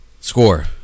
Score